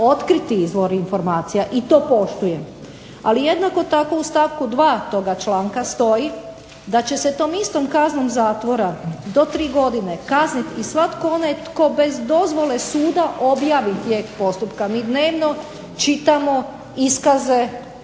otkriti izvor informacija i to poštujem ali jednako tako u stavku 2. toga članka stoji da će se tom istom kaznom zatvora do tri godine kazniti svako onaj tko bez dozvole suda objavi tijek postupka. MI dnevno čitamo iskaze